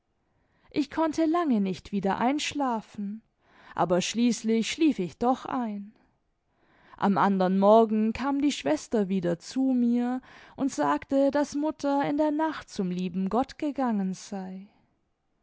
ich konnte lange nicht wieder einschlafen aber schließlich schlief ich doch ein am andern morgen kam die schwester wieder zu mir und sagte daß mutter in der nacht zum lieben gott gegangen sei